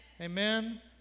Amen